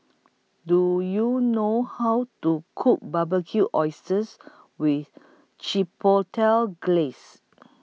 Do YOU know How to Cook Barbecued Oysters with Chipotle Glaze